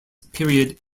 period